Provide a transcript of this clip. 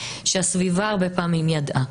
שהסביבה הרבה פעמים ידעה.